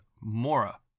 Mora